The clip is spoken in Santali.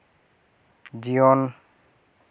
ᱡᱤᱭᱚᱱ